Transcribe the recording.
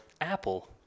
Apple